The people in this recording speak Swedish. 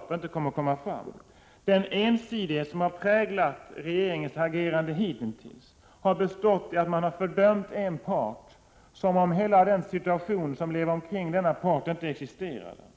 han inte kommer att kunna få fram något budskap. Den ensidighet som präglat regeringens agerande hittills har bestått i att man fördömt en part på ett sätt som om hela den situation som denna part befinner sig i inte existerade.